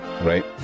Right